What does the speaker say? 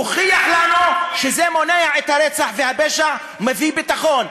תוכיח לנו שזה מונע את הרצח והפשע ומביא ביטחון.